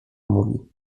mówi